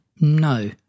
no